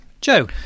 Joe